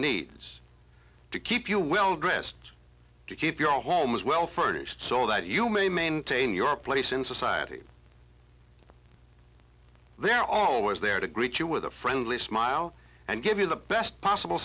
needs to keep you well dressed to keep your homes well furnished so that you may maintain your place in society they're always there to greet you with a friendly smile and give you the best possible